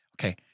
Okay